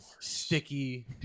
sticky